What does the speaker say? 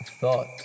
thought